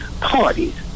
parties